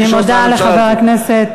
אני מודה לחבר הכנסת